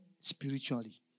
spiritually